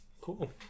Cool